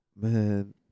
Man